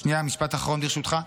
שנייה, משפט אחרון, ברשותך.